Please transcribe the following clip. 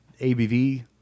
ABV